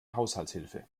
haushaltshilfe